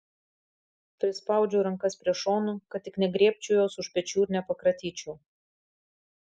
prispaudžiu rankas prie šonų kad tik negriebčiau jos už pečių ir nepakratyčiau